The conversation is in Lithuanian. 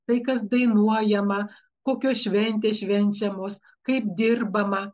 tai kas dainuojama kokios šventės švenčiamos kaip dirbama